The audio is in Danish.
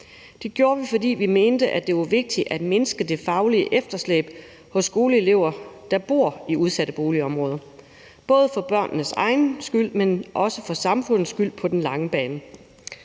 Det gjorde vi, fordi vi mente, at det var vigtigt at mindske det faglige efterslæb hos skoleelever, der bor i udsatte boligområder, både for børnenes egen skyld, men også for samfundets skyld på den lange bane.